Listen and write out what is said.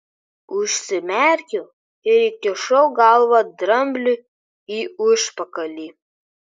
užsimerkiau ir įkišau galvą drambliui į užpakalį